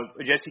Jesse